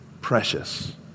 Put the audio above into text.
precious